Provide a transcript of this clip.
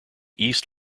east